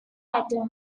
atom